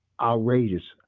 outrageous